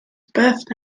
birth